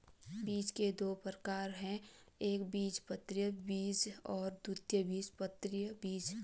बीज के दो प्रकार है एकबीजपत्री बीज और द्विबीजपत्री बीज